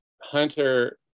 Hunter